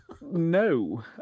No